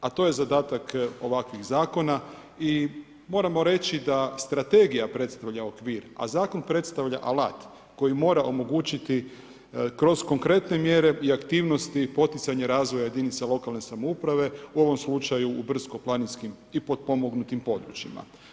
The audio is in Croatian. a to je zadatak ovakvih zakona i moramo reći da strategija predstavlja okvir, a zakon predstavlja alat koji mora omogućiti kroz konkretne mjere i aktivnosti poticanje razvoja jedinica lokalne samouprave, u ovom slučaju u brdsko-planinskim i potpomognutim područjima.